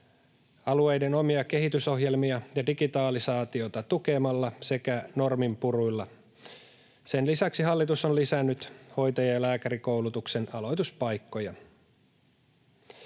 alueiden omia kehitysohjelmia ja digitalisaatiota tukemalla sekä norminpuruilla. Sen lisäksi hallitus on lisännyt hoitaja- ja lääkärikoulutuksen aloituspaikkoja.